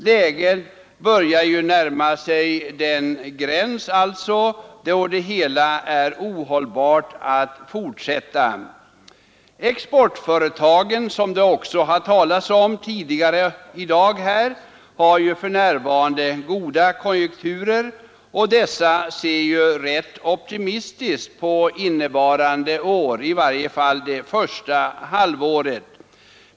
Läget börjar ju närma sig den gräns då det är ohållbart att fortsätta. Exportföretagen, som det också har talats om tidigare i dag, har för närvarande goda konjunkturer och ser rätt optimistiskt på innevarande år, i varje fall det första halvåret.